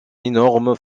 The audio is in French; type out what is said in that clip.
énorme